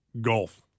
Golf